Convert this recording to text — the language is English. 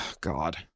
God